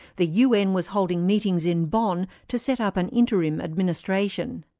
the un was holding meetings in bonn to set up an interim administration.